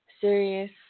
serious